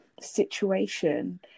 situation